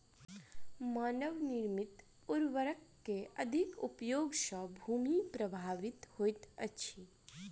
मानव निर्मित उर्वरक के अधिक उपयोग सॅ भूमि प्रभावित होइत अछि